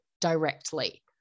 directly